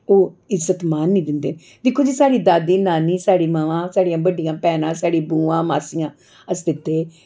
ओह् इज्जतमान नेईं दिंदे दिक्खो जी साढ़ी दादी नानी साढ़ी मावां साढ़ियां बड्डियां भैनां साढ़ी बुआ मासियां अस दिखदे हे